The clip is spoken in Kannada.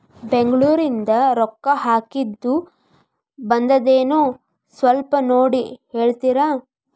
ಬೆಂಗ್ಳೂರಿಂದ ರೊಕ್ಕ ಹಾಕ್ಕಿದ್ದು ಬಂದದೇನೊ ಸ್ವಲ್ಪ ನೋಡಿ ಹೇಳ್ತೇರ?